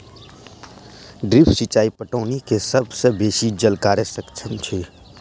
drip सिचाई पटौनी के सभ सॅ बेसी जल कार्यक्षम अछि